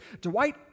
Dwight